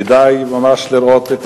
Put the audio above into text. כדאי ממש לראות.